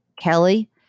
Kelly